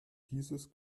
dieses